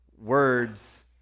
words